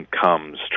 comes